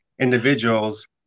individuals